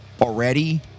already